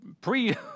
pre